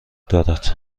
دارد